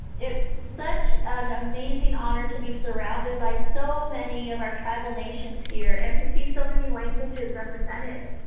it's such an amazing honor to be surrounded by so many of our tribal nations here and to see so many languages represented.